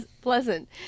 pleasant